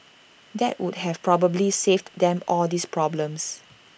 that would have probably saved them all these problems